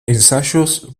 ensayos